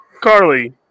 Carly